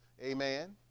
amen